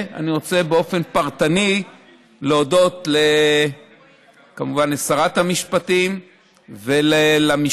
אני רוצה באופן פרטני להודות כמובן לשרת המשפטים ולמשנה